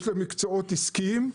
יש למקצועות עסקיים.